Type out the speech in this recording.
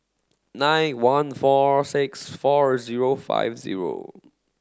nine one four six four zero five zero